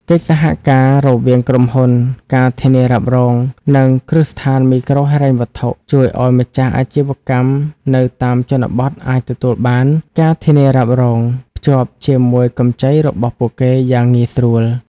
កិច្ចសហការរវាងក្រុមហ៊ុន ការធានារ៉ាប់រង និងគ្រឹះស្ថានមីក្រូហិរញ្ញវត្ថុ ជួយឱ្យម្ចាស់អាជីវកម្មនៅតាមជនបទអាចទទួលបាន ការធានារ៉ាប់រង ភ្ជាប់ជាមួយកម្ចីរបស់ពួកគេយ៉ាងងាយស្រួល។